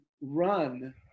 run